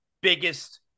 biggest